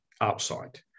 outside